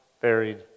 buried